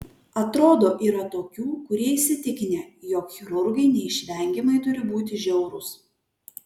atrodo yra tokių kurie įsitikinę jog chirurgai neišvengiamai turi būti žiaurūs